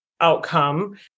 outcome